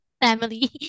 family